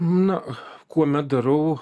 na kuomet darau